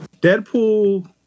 Deadpool